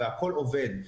והכול עובד.